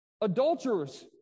adulterers